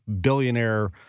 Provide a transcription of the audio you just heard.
billionaire